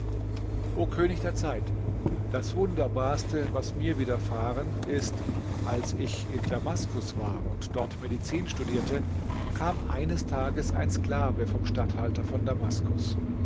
o könig der zeit das wunderbarste was mir widerfahren ist als ich in damaskus war und dort medizin studierte kam eines tages ein sklave vom statthalter von damaskus